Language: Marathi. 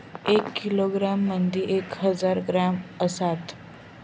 एक किलोग्रॅम मदि एक हजार ग्रॅम असात